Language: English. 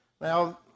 Now